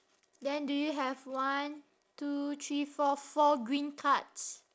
then do you have one two three four four green cards